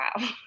wow